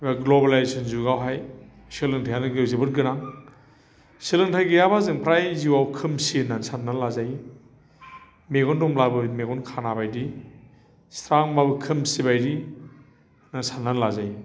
बा ग्ल'बेलाइजेसन जुगावहाय सोलोंथायआनो जोबोद गोनां सोलोंथाय गैयाबा जों प्राय जिउआव खोमसि होननानै साननानै लाजायो मेगन दंब्लाबो मेगन खाना बायदि स्रांबाबो खोमसि बायदि सानना लाजायो